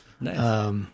Nice